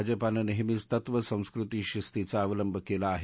भाजपानं नेहमीच तत्वं संस्कृती शिस्तीचा अवलंब केला आहे